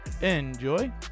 Enjoy